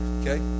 okay